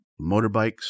motorbikes